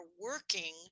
working